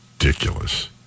Ridiculous